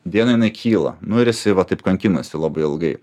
dieną jinai kyla nu ir jisai va taip kankinasi labai ilgai